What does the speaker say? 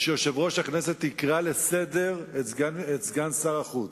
ויושב-ראש הכנסת יקרא לסדר את סגן שר החוץ.